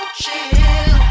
chill